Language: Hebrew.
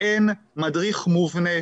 אין מדריך מובנה.